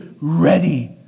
ready